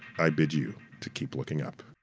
i bid you to keep looking up.